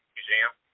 Museum